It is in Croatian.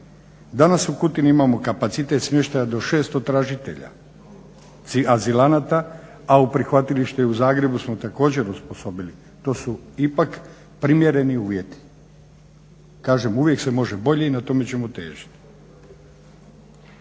danas u Kutini imamo kapacitet smještaja do 600 tražitelja, azilanata, a prihvatilište u Zagrebu smo također osposobili. To su ipak primjereni uvjeti. Kažem uvijek se može bolje i na tome ćemo težiti.